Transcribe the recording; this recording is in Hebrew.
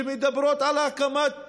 שמדברים על הקמת